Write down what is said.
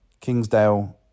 Kingsdale